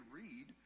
read